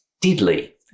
deadly